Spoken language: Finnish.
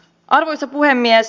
arvoisa puhemies